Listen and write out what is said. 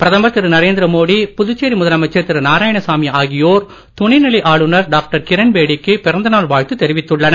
பிரதமர் திரு நரேந்திர மோடி புதுச்சேரி முதலமைச்சர் திரு நாராயணசாமி ஆகியோர் துணை நிலை ஆளுநர் டாக்டர் கிரண் பேடிக்கு பிறந்த நாள் வாழ்த்து தெரிவித்துள்ளனர்